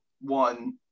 One